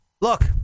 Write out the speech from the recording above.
Look